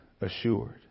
assured